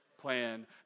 plan